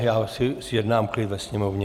Já si zjednám klid ve sněmovně.